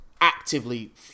actively